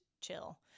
chill